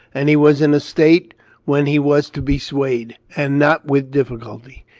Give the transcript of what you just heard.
and he was in a state when he was to be swayed, and not with difficulty.